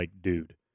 dude